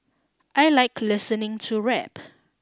I like listening to rap